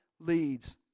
Leads